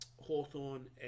hawthorne